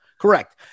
Correct